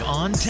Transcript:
on